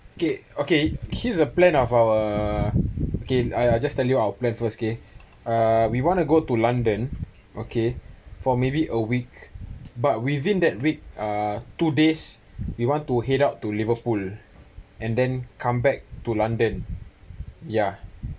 K okay here's a plan of our okay just tell you our plan first K uh we want to go to london okay for maybe a week but within that week uh two days we want to head out to liverpool and then come back to london ya